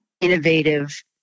innovative